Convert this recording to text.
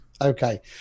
Okay